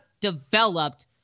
developed